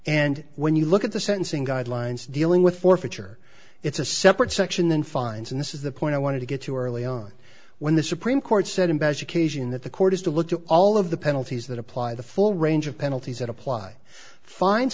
and when you look at the sentencing guidelines dealing with forfeiture it's a separate section than fines and this is the point i wanted to get to early on when the supreme court said in best occasion that the court has to look to all of the penalties that apply the full range of penalties that apply fines